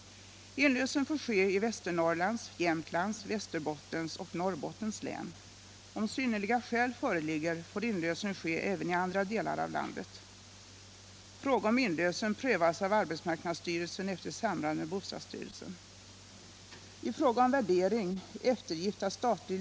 Inlösen får ske i Västernorrlands, Jämtlands, Västerbottens och Norrbottens län. Om synnerliga skäl föreligger, får inlösen ske även i andra delar av landet. Frågan om inlösen prövas av arbetsmarknadsstyrelsen efter samråd med bostadsstyrelsen.